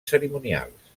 cerimonials